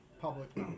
public